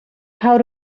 how